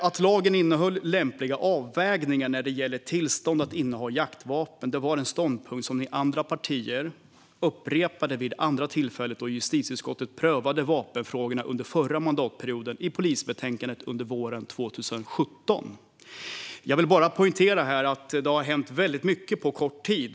Att lagen innehöll lämpliga avvägningar när det gäller tillstånd att inneha jaktvapen var en ståndpunkt som de andra partierna upprepade vid det andra tillfället då justitieutskottet under våren 2017, det vill säga under förra mandatperioden, prövade vapenfrågorna i polisbetänkandet. Jag vill poängtera att väldigt mycket har hänt på kort tid.